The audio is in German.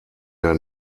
der